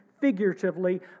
figuratively